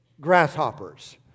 grasshoppers